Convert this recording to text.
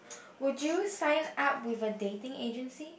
would you sign up with a dating agency